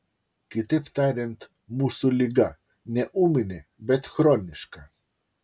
kitaip tariant mūsų liga ne ūminė bet chroniška